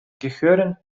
gehören